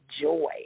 joy